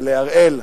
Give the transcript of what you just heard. ולהראל,